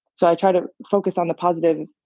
so i try to focus on the positive,